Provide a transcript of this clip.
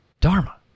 dharma